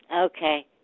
Okay